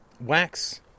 Wax